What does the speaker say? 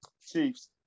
Chiefs